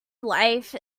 life